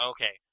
Okay